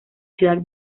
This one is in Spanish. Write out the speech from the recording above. ciudad